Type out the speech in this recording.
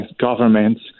governments